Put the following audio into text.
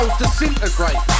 disintegrate